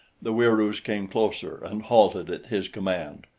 the wieroos came closer and halted at his command.